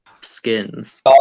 skins